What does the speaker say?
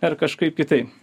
dar kažkaip kitaip